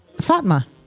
Fatma